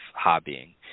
hobbying